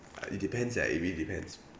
uh it depends ah it really depends